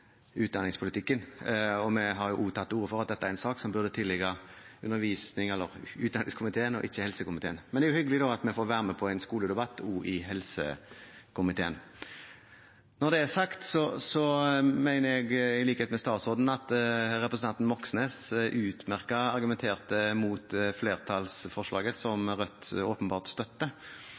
utdanningspolitikken. Vi har tatt til orde for at dette er en sak som burde tilligge utdanningskomiteen og ikke helsekomiteen, men det er jo hyggelig at vi i helsekomiteen også får være med på en skoledebatt. Når det er sagt, mener jeg i likhet med statsråden at representanten Moxnes utmerket argumenterte mot forslaget til vedtak, som Rødt åpenbart støtter.